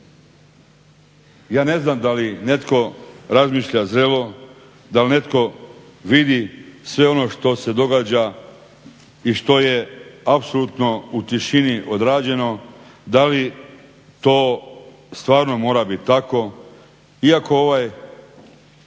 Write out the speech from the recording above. Ja ne znam da li netko razmišlja zrelo, dal netko vidi sve ono što se događa i što je apsolutno u tišini odrađeno, da li to stvarno mora bit tako, iako ovaj